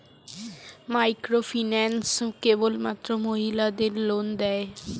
Microfinance কেবলমাত্র মহিলাদের loan দেয়?